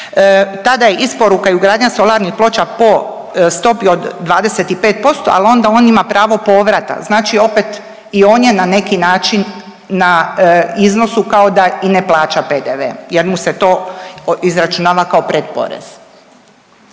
tada je isporuka i ugradnja solarnih ploča po stopi od 25%, ali onda on ima pravo povrata, znači opet i on je na neki način na iznosu kao da i ne plaća PDV jer mu se to izračunava kao predporez.